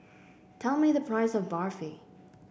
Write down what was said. tell me the price of Barfi